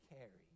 Carry